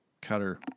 cutter